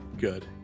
Good